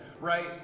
right